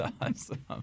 awesome